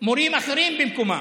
מורים אחרים במקומם.